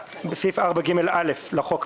תגמולים מיוחדים בסעיף 4ג(א) לחוק,